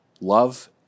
Love